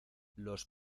los